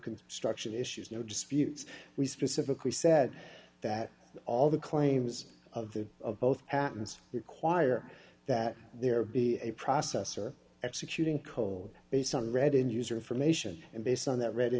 construction issues no disputes we specifically said that all the claims of the of both patents require that there be a process or executing coal based on read in user information and based on that read